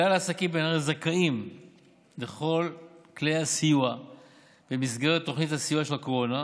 כלל העסקים בנהריה זכאים לכל כלי הסיוע במסגרת תוכנית הסיוע של הקורונה,